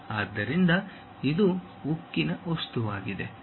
ಆದ್ದರಿಂದ ಇದು ಉಕ್ಕಿನ ವಸ್ತುವಾಗಿದೆ